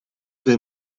dei